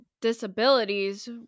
disabilities